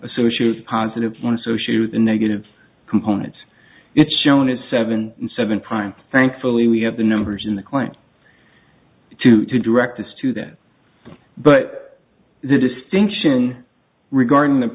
associates positive one associate with the negative components it's shown is seven and seven prime thankfully we have the numbers in the client to direct this to that but the distinction regarding the